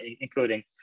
including